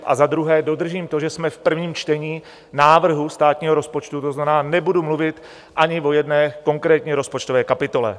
A za druhé dodržím to, že jsme v prvním čtení návrhu státního rozpočtu, to znamená, nebudu mluvit ani o jedné konkrétní rozpočtové kapitole.